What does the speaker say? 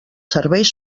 serveis